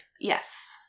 Yes